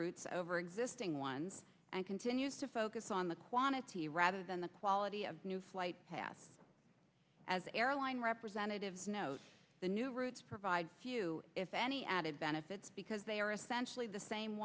routes over existing ones and continues to focus on the quantity rather than the quality of new flight path as airline representatives note the new routes provide few if any added benefits because they are essentially the same